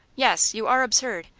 yes you are absurd.